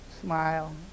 Smile